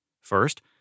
First